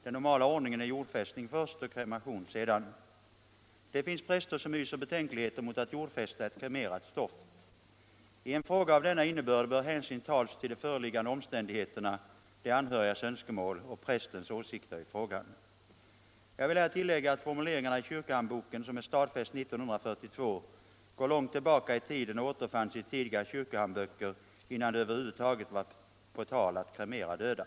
Den normala ordningen är jordfästning först och kremation sedan. Det finns präster som hyser betänkligheter mot att jordfästa ett kremerat stoft. I en fråga av denna innebörd bör hänsyn tas till de föreliggande omständigheterna, de anhörigas önskemål och prästens åsikter i frågan. Jag vill här tillägga att formuleringarna i kyrkohandboken, som är stadfäst 1942, går långt tillbaka i tiden och återfanns i tidigare kyrkohandböcker innan det över huvud taget var på tal att kremera döda.